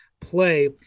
play